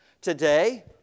today